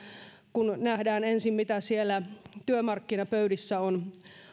kun nähdään ensin mitä siellä työmarkkinapöydissä on